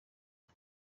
ese